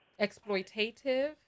exploitative